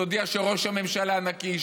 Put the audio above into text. תודיע שראש הממשלה נקי,